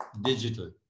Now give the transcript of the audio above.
Digital